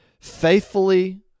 faithfully